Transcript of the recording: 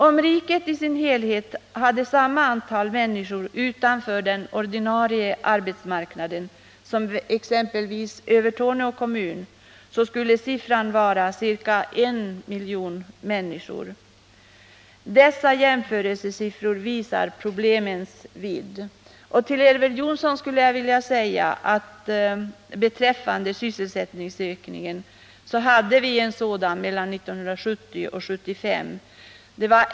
Om övriga kommuner i landet hade samma antal människor utanför den ordinarie arbetsmarknaden som exempelvis Övertorneå kommun har, så skulle antalet arbetslösa människor uppgå till ca 1 miljon. Dessa jämförelsetal visar problemens vidd. Till Elver Jonsson vill jag säga att vi hade en sysselsättningsökning åren 1970-1975.